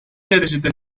derecede